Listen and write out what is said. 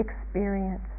experience